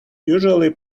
usually